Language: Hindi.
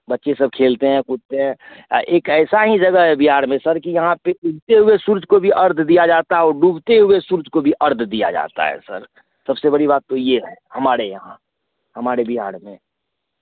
बच्चे सब खेलते हैं कूदते हैं आ एक ऐसा ही जगा है बिहार में सर कि यहाँ पर उगते हुए सूरज को भी अर्घ्य दिया जाता है और डूबते हुए सूरज को भी अर्घ्य दिया जाता है सर सबसे बड़ी बात तो ये है हमारे यहाँ हमारे बिहार में